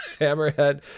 Hammerhead